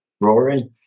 Rory